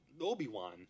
Obi-Wan